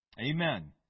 Amen